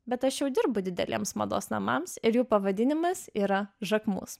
bet aš jau dirbu dideliems mados namams ir jų pavadinimas yra žakmus